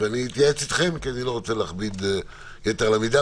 אני מתייעץ איתכם כי אני לא רוצה להכביד יתר על המידה,